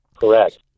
Correct